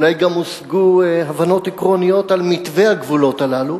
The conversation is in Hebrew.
אולי גם הושגו הבנות עקרוניות על מתווה הגבולות הללו,